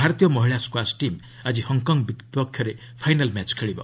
ଭାରତୀୟ ମହିଳା squash team ଆଜି ହଫ ବିପକ୍ଷରେ ଫାଇନାଲ୍ ମ୍ୟାଚ୍ ଖେଳିବ